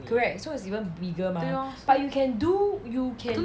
correct so is even bigger mah but you can do you can